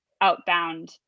outbound